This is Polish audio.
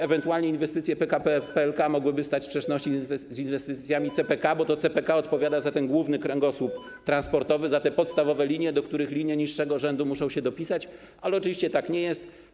Ewentualnie inwestycje PKP PLK mogłyby stać w sprzeczności z inwestycjami CPK, bo to CPK odpowiada za główny kręgosłup transportowy, za podstawowe linie, do których linie niższego rzędu muszą się dołączyć, ale oczywiście tak nie jest.